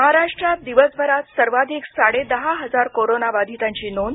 महाराष्ट्रात दिवसभरात सर्वाधिक साडे दहा हजार कोरोना बाधितांची नोंद